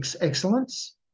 excellence